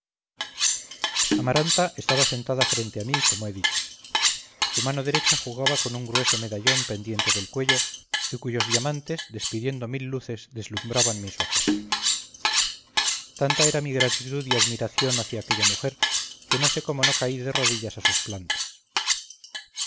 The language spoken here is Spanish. amaranta estaba sentada frente a mí como he dicho su mano derecha jugaba con un grueso medallón pendiente del cuello y cuyos diamantes despidiendo mil luces deslumbraban mis ojos tanta era mi gratitud y admiración hacia aquella mujer que no sé cómo no caí de rodillas a sus plantas